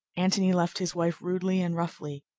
antony left his wife rudely and roughly,